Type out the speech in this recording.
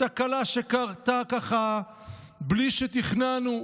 תקלה שקרתה ככה בלי שתכננו,